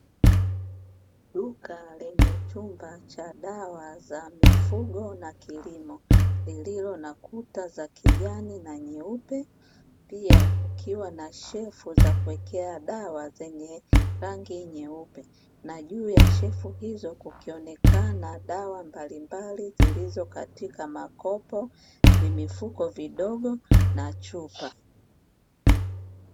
Duka lenye chumba cha dawa za mifugo na kilimo lililo na kuta za kijani na nyeupe, pia kukiwa na shelfu za kuwekea dawa zenye rangi nyeupe na juu ya shelfu hizo kukionekana dawa mbalimbali zilizo katika makopo, vimifuko vidogo na chupa.